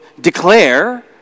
declare